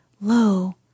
lo